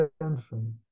attention